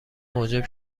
موجب